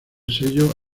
sello